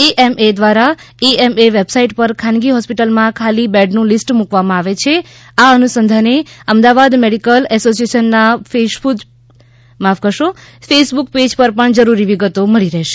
AMA દ્વારા AMA website પર ખાનગી હોસ્પિઆટલમાં ખાલી બેડનું લિસ્ટ મુકવામાં આવે છેઆ અનુસંધાને અમદાવાદ મેડિકલ એસોસિએશનનાં ફેસબુક પેજ પર પણ જરૂરી વિગતો મળી રહેશે